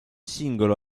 singolo